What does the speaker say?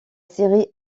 série